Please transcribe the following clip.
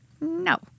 no